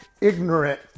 ignorant